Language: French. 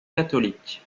catholiques